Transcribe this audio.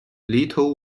little